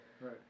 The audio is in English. Right